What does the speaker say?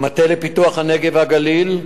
המטה לפיתוח הנגב והגליל,